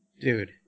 dude